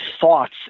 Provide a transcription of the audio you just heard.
thoughts